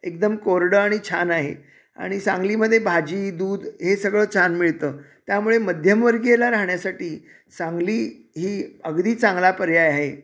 एकदम कोरडं आणि छान आहे आणि सांगलीमध्ये भाजी दूध हे सगळं छान मिळतं त्यामुळे मध्यमवर्गीयाला राहण्यासाठी सांगली ही अगदी चांगला पर्याय आहे